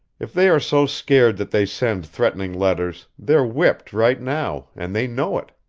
if they are so scared that they send threatening letters, they're whipped right now and they know it!